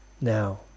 now